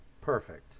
Perfect